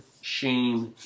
Shame